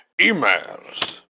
emails